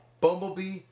Bumblebee